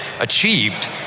achieved